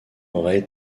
aurait